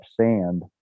sand